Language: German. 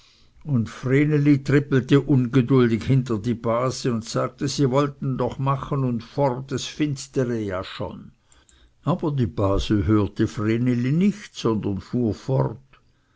und vreneli trippelte ungeduldig hinter die base und sagte sie wollten doch machen und fort es finstere ja schon aber die base hörte vreneli nicht sondern fuhr fort